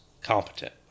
competent